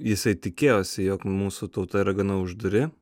jisai tikėjosi jog mūsų tauta yra gana uždari